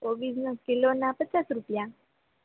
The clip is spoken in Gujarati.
કોબિઝના કિલોના પચાસ રૂપિયા